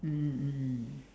mm mm